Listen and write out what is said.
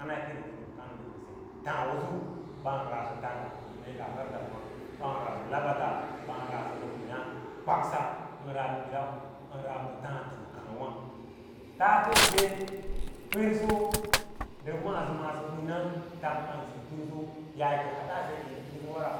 Hana keeno usu kama kas na le taa usu ban ra a tangs ban mee ngaa gor tanwa ban rasa lana an ansa mba ina kwakas an ra ma bisau an ra ma taa tamka wa tantate person nda ma’asa, ma’asa wings tang ban se perso kaake hada se persowara